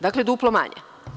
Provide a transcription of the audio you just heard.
Dakle, duplo manje.